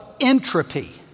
entropy